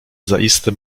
zaiste